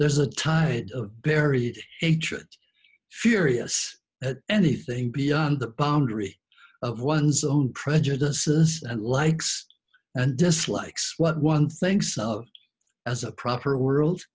there's a time buried h are furious at anything beyond the boundary of one's own prejudices and likes and dislikes what one thinks of as a proper world